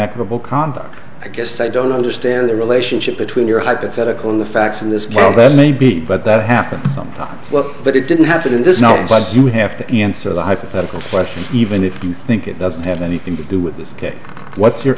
equitable comp i guess i don't understand the relationship between your hypothetical and the facts in this well that may be but that happens sometimes but it didn't happen and there's no you have to answer the hypothetical question even if you think it doesn't have anything to do with this case what's your